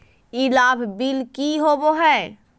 ई लाभ बिल की होबो हैं?